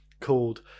called